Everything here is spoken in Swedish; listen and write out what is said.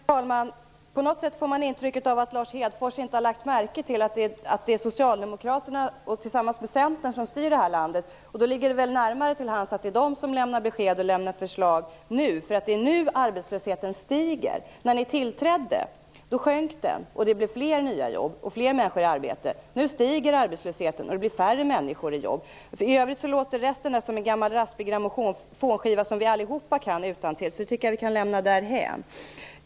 Herr talman! På något sätt får man intrycket att Lars Hedfors inte har lagt märke till att det är Socialdemokraterna tillsammans med Centern som styr det här landet. Då ligger det väl närmare till hands att det är Socialdemokraterna och Centern som lämnar besked och förslag nu, eftersom det är nu som arbetslösheten stiger. När Socialdemokraterna tog över regeringsansvaret sjönk arbetslösheten, och det blev fler nya jobb och fler människor i arbete. Nu stiger arbetslösheten, och det blir färre människor i arbete. I övrigt låter resten av det som Lars Hedfors säger som en gammal raspig grammofonskiva som vi alla kan utantill. Det tycker jag därför att vi kan lämna där hän.